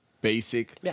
basic